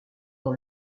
dans